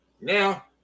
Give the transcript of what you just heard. Now